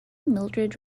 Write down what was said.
mildrid